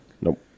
Nope